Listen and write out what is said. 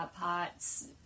POTS